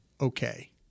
okay